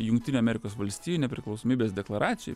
jungtinių amerikos valstijų nepriklausomybės deklaracijoj